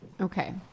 Okay